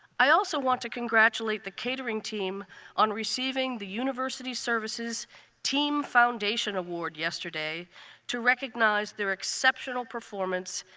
i also want to congratulate the catering team on receiving the university services team foundation award yesterday to recognize their exceptional performance,